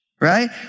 right